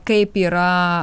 kaip yra